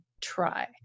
try